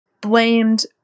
blamed